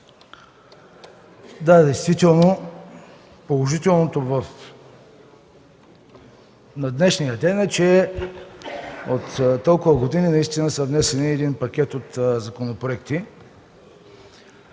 Да, действително положителното на днешния ден е, че от толкова години е внесен пакет от законопроекти,